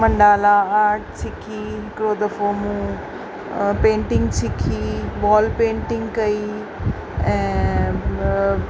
mandala art सिखी हिकिड़ो दफ़ो मूं पेंटिंग सिखी वॉल पेंटिंग कई ऐं